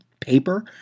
paper